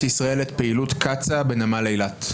ישראל את פעילות קצא"א בנמל אילת".